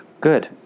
Good